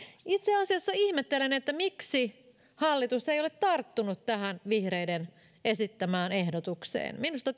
itse asiassa ihmettelen miksi hallitus ei ole tarttunut tähän vihreiden esittämään ehdotukseen minusta